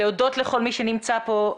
להודות לכל מי שנמצא פה,